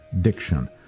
diction